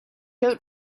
out